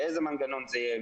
באיזה מנגנון זה יהיה,